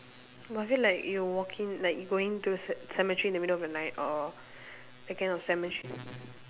but I feel like you walking like you going to ce~ cemetery in the middle of the night or that kind of cemetery